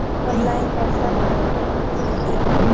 Online पैसा transfer कुंसम होचे?